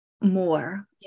more